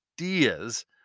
ideas